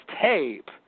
tape